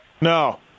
No